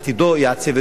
יעצב את גורלו.